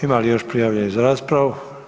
Ima li još prijavljenih za raspravu?